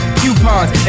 coupons